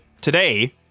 today